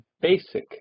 basic